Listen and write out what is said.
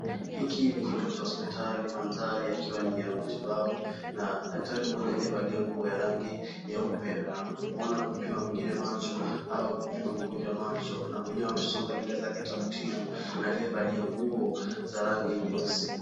Hiki ni kituo cha hospitali, manthari yakiwa ni ya matibabu na daktari mmoja aliyevalia nguo ya rangi ya nyeupe anaona kumpima mwingine macho , au kumpima mgonjwa macho na mwenyewe amesonga nywele zake taratibu aliyevalia nguo za rangi nyeusi.